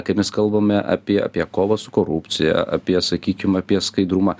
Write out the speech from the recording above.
kai mes kalbame apie apie kovą su korupcija apie sakykim apie skaidrumą